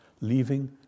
leaving